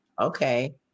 okay